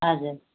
हजुर